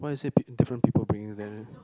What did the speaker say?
why you say p~ different people bringing them